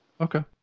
Okay